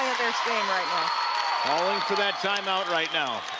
game right now. calling for that time-out right now.